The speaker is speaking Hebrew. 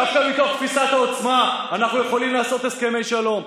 דווקא מתוך תפיסת העוצמה אנחנו יכולים לעשות הסכמי שלום.